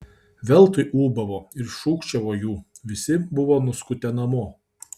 veltui ūbavo ir šūkčiojo jų visi buvo nuskutę namo